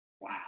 wow